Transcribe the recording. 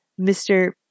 Mr